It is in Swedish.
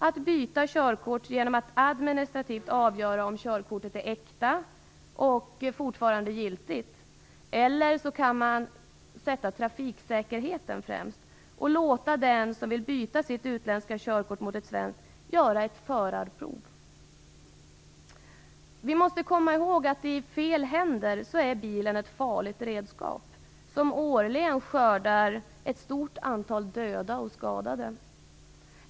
Man byter körkort genom att administrativt avgöra om körkortet är äkta och om det fortfarande är giltigt. Man kan också sätta trafiksäkerheten främst, och låta den som vill byta sitt utländska körkort mot ett svenskt göra ett förarprov. Vi måste komma ihåg att bilen i fel händer är ett farligt redskap, som årligen skördar ett stort antal döda och skadade.